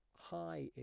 high